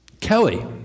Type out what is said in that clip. Kelly